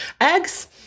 Eggs